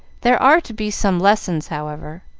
there are to be some lessons, however,